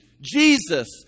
Jesus